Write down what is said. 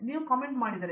ನೀವು ಕಾಮೆಂಟ್ ಮಾಡಿದರೆ